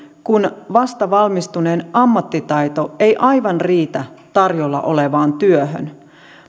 kun vastavalmistuneen ammattitaito ei aivan riitä tarjolla olevaan työhön